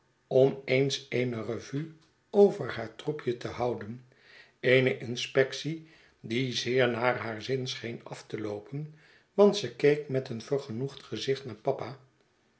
om eens eene revue over haar troepje te houden eene inspectie die zeer naar haar zin scheen af te loopen want ze keek met een vergenoegd gezicht naar papa